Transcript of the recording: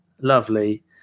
Lovely